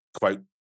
quote